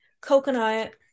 coconut